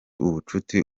ubucuti